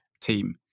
team